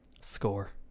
Score